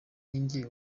ninjye